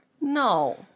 No